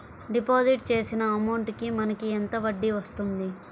Deposit చేసిన amount కి మనకి ఎంత వడ్డీ వస్తుంది?